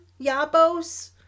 Yabos